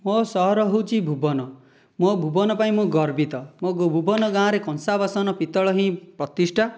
ମୋ ସହର ହେଉଛି ଭୁବନ ମୋ ଭୁବନ ପାଇଁ ମୁଁ ଗର୍ବିତ ମୋ ଭୁବନ ଗାଁରେ କଂସା ବାସନ ପିତ୍ତଳ ହିଁ ପ୍ରତିଷ୍ଠା